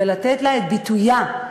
ולתת לה את ביטויה,